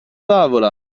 tavola